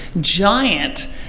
giant